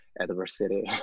adversity